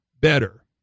better